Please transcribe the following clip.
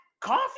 coffee